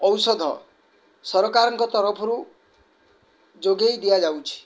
ଔଷଧ ସରକାରଙ୍କ ତରଫରୁ ଯୋଗେଇ ଦିଆଯାଉଛି